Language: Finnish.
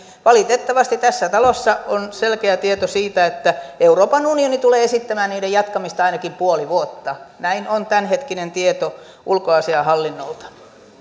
valitettavasti tässä talossa on selkeä tieto siitä että euroopan unioni tulee esittämään niiden jatkamista ainakin puoli vuotta tämä on tämänhetkinen tieto ulkoasiainhallinnolta nyt